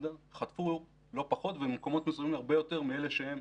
חטפו לא פחות ובמקומות מסוימים הרבה יותר מאלה שהם